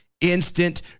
instant